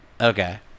Okay